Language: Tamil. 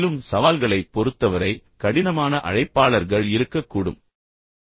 மேலும் சவால்களைப் பொறுத்தவரை கடினமான அழைப்பாளர்கள் இருக்கக்கூடும் என்பதை நான் உங்களுக்குச் சொல்ல விரும்புகிறேன்